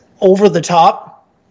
over-the-top